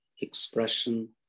expression